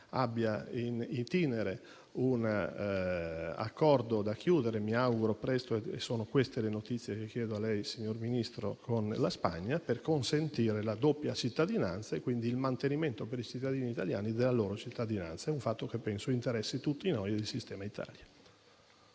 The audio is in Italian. abbia *in itinere* un accordo da concludere con la Spagna - mi auguro presto, e sono queste le notizie che chiedo di fornirci al signor Ministro - per consentire la doppia cittadinanza e, quindi, il mantenimento per i cittadini italiani della loro cittadinanza. È un fatto che ritengo interessi tutti noi e il sistema Italia.